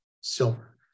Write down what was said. Silver